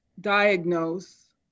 diagnose